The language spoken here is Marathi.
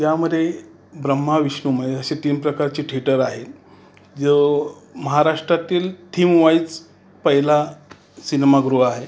त्यामधे ब्रह्मा विष्णू महेश हे तीन प्रकारचे थिएटर आहेत जो महाराष्ट्रातील थिम वाईज पहिला सिनेमागृह आहे